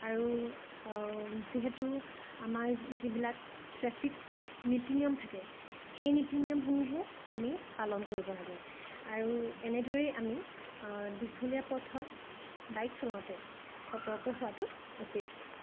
আৰু যিহেতু আমাৰ যিবিলাক ট্ৰেফিক নীতি নিয়ম থাকে সেই নীতি নিয়মসমূহো আমি পালন কৰিব লাগে আৰু এনেদৰেই আমি দীঘলীয়া পথত বাইক চলাওঁতে সতৰ্ক হোৱাতো উচিত